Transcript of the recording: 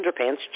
underpants